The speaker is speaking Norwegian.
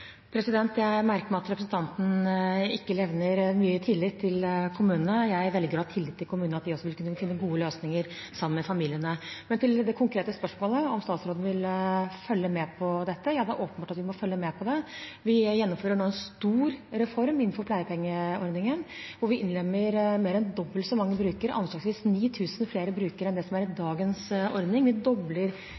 Jeg merker meg at representanten ikke levner kommunene mye tillit. Jeg velger å ha tillit til at kommunene vil finne gode løsninger sammen med familiene. Men til det konkrete spørsmålet om statsråden vil følge med på dette: Ja, det er åpenbart at vi må følge med på det. Vi gjennomfører nå en stor reform innenfor pleiepengordningen, hvor vi innlemmer mer enn dobbelt så mange brukere – anslagvis 9 000 flere brukere enn det som er i dagens ordning.